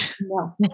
No